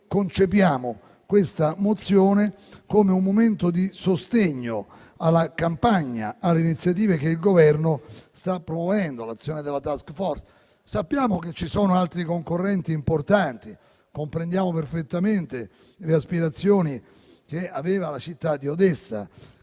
concepiamo la mozione in esame come un momento di sostegno alla campagna e alle iniziative che il Governo sta promuovendo, come con l'azione della *task force*. Sappiamo che ci sono altri concorrenti importanti. Comprendiamo perfettamente le aspirazioni della città di Odessa